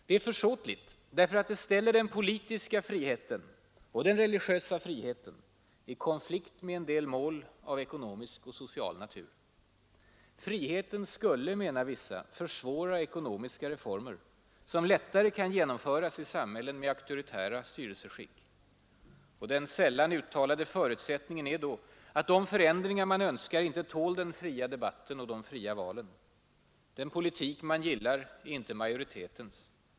Det är försåtligt därför att det ställer den politiska friheten och den religiösa friheten i konflikt med en del mål av ekonomisk och social natur. Friheten skulle, menar vissa, försvåra ekonomiska reformer som lättare kan genomföras i samhällen med auktoritära styrelseskick. Den sällan uttalade förutsättningen är då att de förändringar man önskar inte tål den fria debatten och de fria valen. Den politik man gillar är inte majoritetens.